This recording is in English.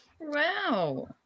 Wow